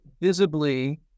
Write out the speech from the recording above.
visibly